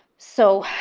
so